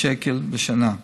שקל בשנה.